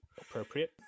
appropriate